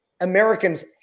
Americans